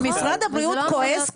משרד הבריאות כועס,